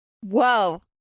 Whoa